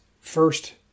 first